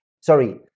Sorry